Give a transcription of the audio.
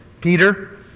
Peter